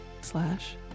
slash